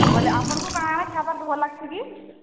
ବୋଇଲେ ଆପଣଙ୍କୁ କାଣା ଖାଇବାକୁ ଭଲ ଲାଗ୍ସି କି